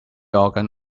organ